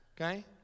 Okay